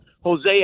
Jose